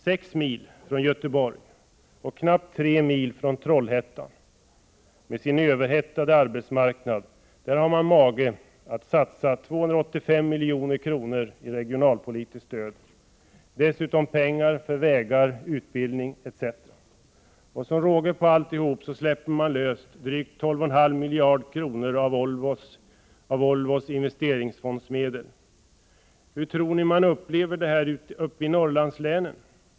6 mil från Göteborg och knappt 3 mil från Trollhättan med sin överhettade arbetsmarknad har man mage att satsa 285 milj.kr. i regionalpolitiskt stöd, dessutom pengar för vägar, utbildning, etc. Till råga på allt släpper man löst drygt 12,5 miljarder av Volvos investeringsfondsmedel. Hur tror ni att man upplever detta i Norrlandslänen?